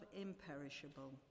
imperishable